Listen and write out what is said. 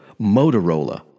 Motorola